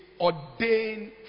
ordained